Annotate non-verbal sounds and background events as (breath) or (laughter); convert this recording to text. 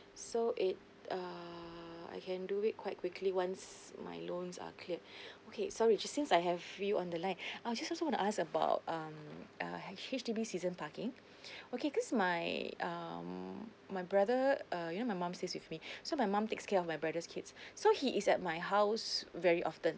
so it err I can do it quite quickly once my loans are cleared (breath) okay sorry since I have you on the line (breath) I just want to ask about um uh H H_D_B season parking (breath) okay cause my um my brother uh you know my mum stays with me (breath) so my mum takes care of my brother's kids so he is at my house very often